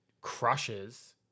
crushes